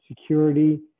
security